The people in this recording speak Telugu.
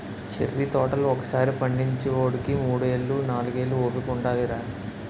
చెర్రి తోటలు ఒకసారి పండించేవోడికి మూడేళ్ళు, నాలుగేళ్ళు ఓపిక ఉండాలిరా